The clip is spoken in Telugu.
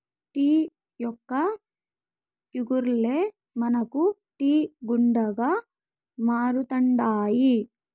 టీ మొక్క ఇగుర్లే మనకు టీ గుండగా మారుతండాయి